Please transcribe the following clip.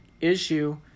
issue